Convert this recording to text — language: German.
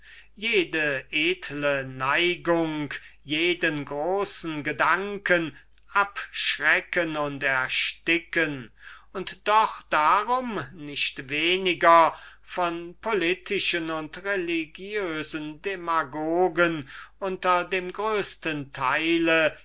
jede edle neigung jeden großen gedanken abschrecken und ersticken und doch darum nicht weniger von politischen und religiosen dämagogen unter dem größten teile